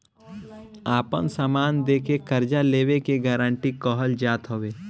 आपन समान दे के कर्जा लेवे के गारंटी कहल जात हवे